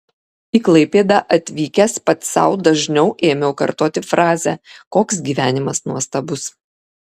į klaipėdą atvykęs pats sau dažniau ėmiau kartoti frazę koks gyvenimas nuostabus